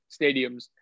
stadiums